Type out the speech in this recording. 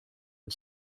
and